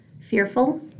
fearful